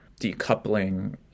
decoupling